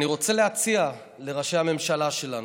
אני רוצה להציע לראשי הממשלה שלנו,